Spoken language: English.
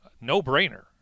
No-brainer